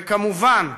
וכמובן,